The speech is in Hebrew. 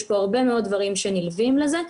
יש הרבה דברים שנלווים לזה,